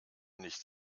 nicht